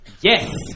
Yes